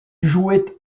jouait